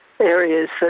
Areas